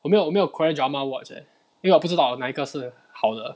有没有没有 korean drama watch 因为我不知道哪一个是好的